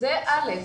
זה א.